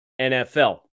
NFL